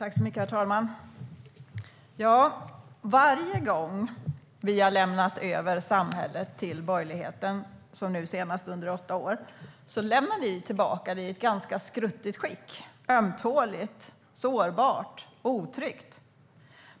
Herr talman! Varje gång som vi har lämnat över samhället till borgerligheten - nu senast under åtta år - lämnar ni tillbaka det i ett ganska skruttigt skick, ömtåligt, sårbart och otryggt.